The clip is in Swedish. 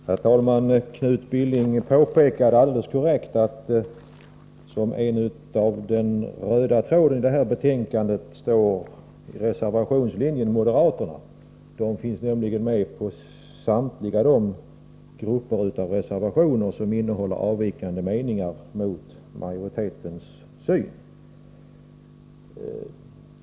Herr talman! Knut Billing påpekade alldeles korrekt att som en röd tråd i detta betänkande går reservationslinjen och moderaterna. De finns nämligen med i samtliga de grupper av reservationer som innehåller avvikande meningar mot utskottsmajoritetens syn.